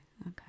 Okay